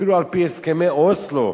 אפילו על-פי הסכמי אוסלו,